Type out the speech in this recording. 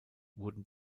wurden